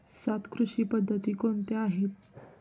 सात कृषी पद्धती कोणत्या आहेत?